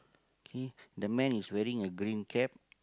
K the man is wearing a green cap